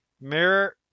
Mirror